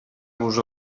vos